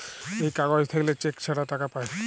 এই কাগজ থাকল্যে চেক ছাড়া টাকা পায়